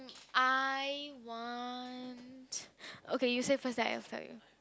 I want okay you say first then I tell you